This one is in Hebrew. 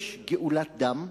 יש גאולת דם,